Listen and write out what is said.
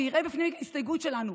הוא יראה בפנים את ההסתייגות שלנו.